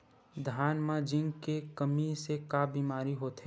धान म जिंक के कमी से का बीमारी होथे?